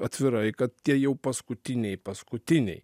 atvirai kad tie jau paskutiniai paskutiniai